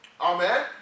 Amen